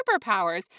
superpowers